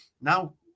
Now